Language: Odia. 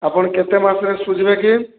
ଆପଣ କେତେ ମାସରେ ସୁଝିବେ କି